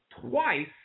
twice